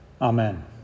Amen